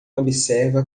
observa